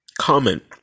comment